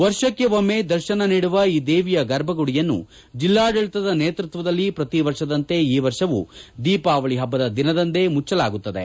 ವರ್ಷಕ್ಕೆ ಒಮ್ಮೆ ದರ್ಶನ ನೀಡುವ ಈ ದೇವಿಯ ಗರ್ಭಗುಡಿಯನ್ನು ಜಿಲ್ಲಾಡಳಿತದ ನೇತೃತ್ವದಲ್ಲೇ ಪ್ರತಿ ವರ್ಷದಂತೆ ಈ ವರ್ಷವೂ ದೀಪಾವಳ ಹಬ್ಬದ ದಿನದಂದೆ ಮುಚ್ಚಲಾಗುತ್ತದೆ